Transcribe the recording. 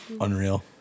Unreal